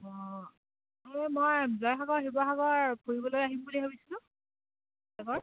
অঁ এই মই জয়সাগৰ শিৱসাগৰ ফুৰিবলৈ আহিম বুলি ভাবিছোঁ শিৱসাগৰ